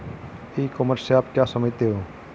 ई commerce से आप क्या समझते हो?